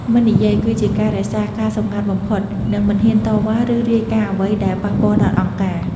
«មិននិយាយ» គឺជាការរក្សាការសម្ងាត់បំផុត និងមិនហ៊ានតវ៉ា ឬរាយការណ៍អ្វីដែលប៉ះពាល់ដល់អង្គការ។